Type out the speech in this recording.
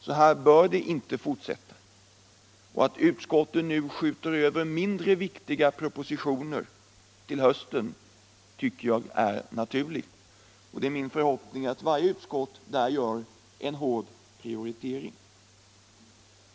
Så bör det inte fortsätta. Att utskotten nu skjuter upp behandlingen av mindre viktiga propositioner till hösten tycker jag är naturligt. Det är min förhoppning att varje utskott där gör en hård prioritering.